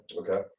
Okay